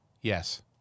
Yes